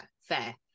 fair